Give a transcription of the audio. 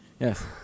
Yes